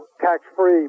tax-free